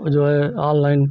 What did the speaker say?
वह जो है ऑनलाइन